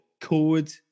code